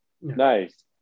nice